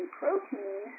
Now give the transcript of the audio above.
protein